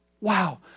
Wow